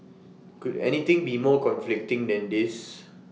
could anything be more conflicting than this